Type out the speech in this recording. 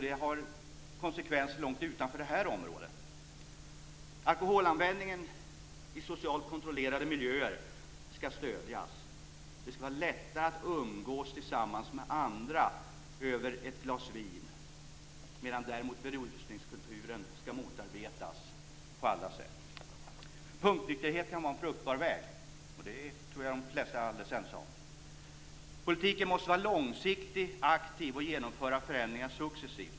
Det har konsekvenser långt utanför detta område. Alkoholanvändningen i socialt kontrollerade miljöer ska stödjas. Det ska vara lättare att umgås tillsammans med andra över ett glas vin medan däremot berusningskulturen ska motarbetas på alla sätt. Punktnykterhet kan vara en fruktbar väg. Det tror jag att de flesta är alldeles ense om. Politiken måste vara långsiktig och aktiv, och förändringar måste genomföras successivt.